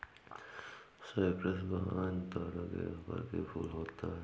Cyprus vine तारे के आकार के फूल होता है